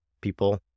people